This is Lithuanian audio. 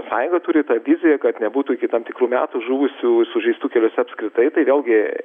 sąjunga turi tą viziją kad nebūtų tam tikrų metų žuvusių sužeistų keliuose apskritai tai vėlgi